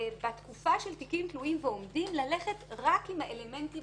ובתקופה של תיקים תלויים ועומדים ללכת רק עם האלמנטים